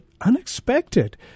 unexpected